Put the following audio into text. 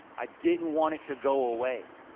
i didn't want it to go away.